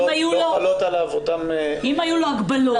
אם היו לו הגבלות --- לא חלות עליו אותן --- אם היו לו הגבלות,